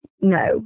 No